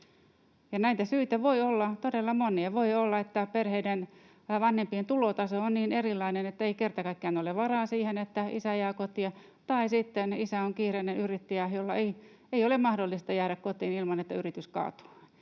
näitä syitä voi olla todella monia. Voi olla, että vanhempien tulotaso on niin erilainen, ettei kerta kaikkiaan ole varaa siihen, että isä jää kotiin, tai sitten isä on kiireinen yrittäjä, jolla ei ole mahdollisuutta jäädä kotiin ilman, että yritys kaatuu.